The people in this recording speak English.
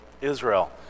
Israel